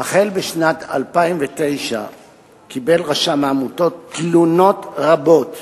החל בשנת 2009 קיבל רשם העמותות תלונות רבות